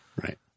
Right